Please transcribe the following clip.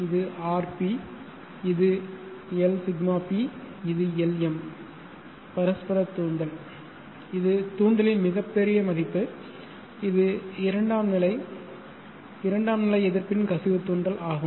இது rp இது Lσp இது Lm பரஸ்பர தூண்டல் இது தூண்டலின் மிகப் பெரிய மதிப்பு இது இரண்டாம் நிலை இரண்டாம் நிலை எதிர்ப்பின் கசிவு தூண்டல் ஆகும்